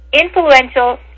influential